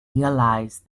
realized